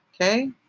Okay